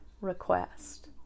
request